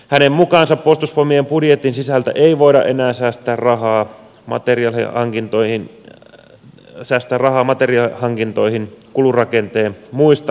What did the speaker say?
hänen mukaansa puolustusvoimien budjetin sisältä ei voida enää säästää rahaa materiaalihankintoihin kulurakenteen muista osista